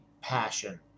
passion